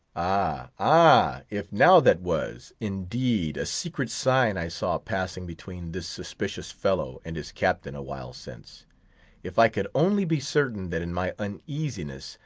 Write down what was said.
ah, ah if, now, that was, indeed, a secret sign i saw passing between this suspicious fellow and his captain awhile since if i could only be certain that, in my uneasiness,